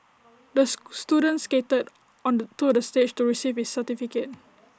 this student skated onto the stage to receive his certificate